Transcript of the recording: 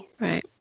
Right